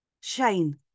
Shane